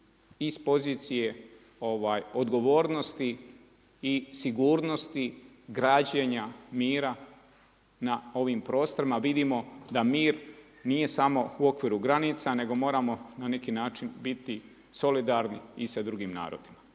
iz pozicije odgovornosti i sigurnosti građenja mira na ovim prostorima. Vidimo da mir nije samo u okviru granica nego moramo na neki način biti solidarni i sa drugim narodima.